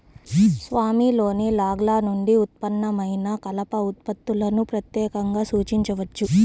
స్వామిలోని లాగ్ల నుండి ఉత్పన్నమైన కలప ఉత్పత్తులను ప్రత్యేకంగా సూచించవచ్చు